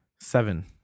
Seven